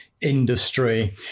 industry